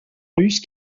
russe